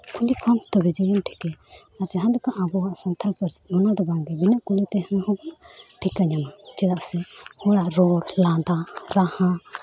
ᱠᱩᱞᱤ ᱠᱚᱣᱟᱢ ᱛᱚᱵᱮ ᱡᱟᱹᱱᱤᱢ ᱴᱷᱤᱠᱟᱹᱭᱟ ᱡᱟᱦᱟᱸ ᱞᱮᱠᱟ ᱟᱵᱚᱣᱟᱜ ᱥᱟᱱᱛᱟᱲ ᱯᱟᱹᱨᱥᱤ ᱛᱟᱦᱮᱱ ᱨᱮᱦᱚᱸ ᱴᱷᱤᱠᱟᱹ ᱧᱟᱢᱟᱢ ᱪᱮᱫᱟᱜ ᱥᱮ ᱦᱚᱲᱟᱜ ᱨᱚᱲ ᱞᱟᱸᱫᱟ